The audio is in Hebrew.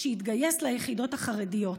שיתגייס ליחידות החרדיות.